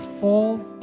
fall